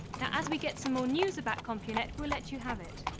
now as we get some more news of that comp. unit. we'll let you have it.